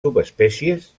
subespècies